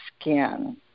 skin